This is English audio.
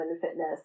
fitness